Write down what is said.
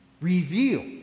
reveal